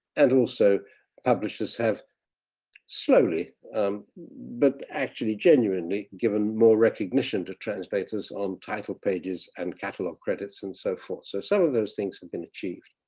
and also publishers have slowly but actually genuinely given more recognition to translators on title pages and catalog credits and so forth. so some of those things have been achieved.